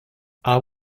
are